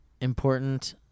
important